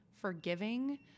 forgiving